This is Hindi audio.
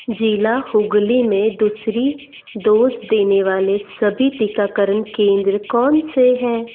ज़िला हुगली में दूसरी दोज़ देने वाले सभी टीकाकरण केंद्र कौनसे हैं